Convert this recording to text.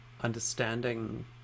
understanding